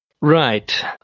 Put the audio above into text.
Right